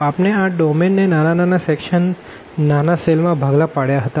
આપણે આ ડોમેન ને નાના સેક્શન નાના સેલ માં ભાગલા પાડ્યાહતા